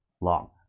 long